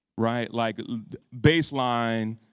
right? like bass line,